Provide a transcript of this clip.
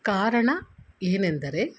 ಕಾರಣ ಏನೆಂದರೆ